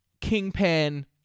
kingpin